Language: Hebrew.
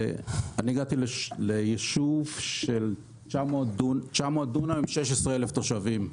הגעתי ליישוב של 900 דונם עם 16 אלף תושבים.